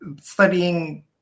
studying